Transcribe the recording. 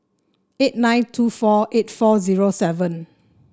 eight nine two four eight four zero seven